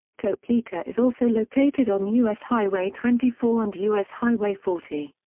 topeka is also located on u s. highway twenty four and u s. highway forty.